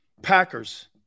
Packers